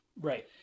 Right